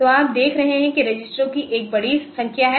तो आप देख रहे हैं कि रजिस्टरों की एक बड़ी संख्या है